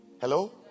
Hello